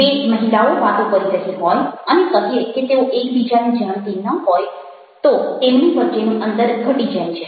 બે મહિલાઓ વાતો કરી રહી હોય અને કહીએ કે તેઓ એકબીજાને જાણતી ન હોય તો તેમની વચ્ચેનું અંતર ઘટી જાય છે